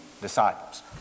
disciples